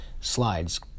slides